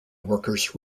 workers